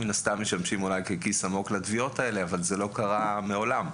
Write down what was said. זה לא קרה מעולם,